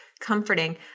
comforting